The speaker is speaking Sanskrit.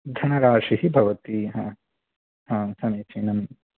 धनराशिः भवति हा आं समीचीनम्